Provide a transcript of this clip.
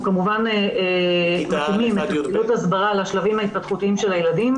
אנחנו כמובן מתאימים את פעולות ההסברה לשלבים ההתפתחותיים של הילדים.